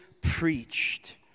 preached